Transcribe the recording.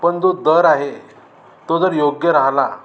पण जो दर आहे तो जर योग्य राहिला